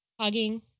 hugging